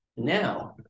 Now